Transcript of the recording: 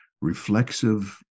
reflexive